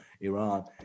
Iran